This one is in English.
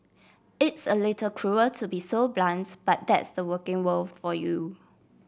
it's a little cruel to be so blunts but that's the working world for you